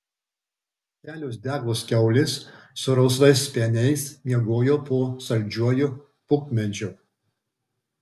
kelios deglos kiaulės su rausvais speniais miegojo po saldžiuoju pupmedžiu